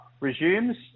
resumes